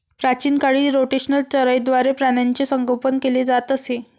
प्राचीन काळी रोटेशनल चराईद्वारे प्राण्यांचे संगोपन केले जात असे